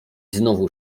znowu